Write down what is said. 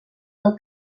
del